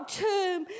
tomb